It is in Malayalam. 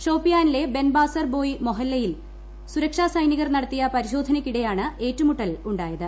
ഷോപ്പിയാനിലെ ബേൻബാസർ ബോയ് മൊഹല്ലയിൽ സുരക്ഷ സൈനികർ നടത്തിയ പരിശോധനയ്ക്കിടെയാണ് ഏറ്റുമുട്ടലുണ്ടായത്